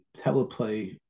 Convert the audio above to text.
teleplay